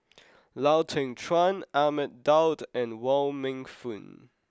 Lau Teng Chuan Ahmad Daud and Wong Meng Voon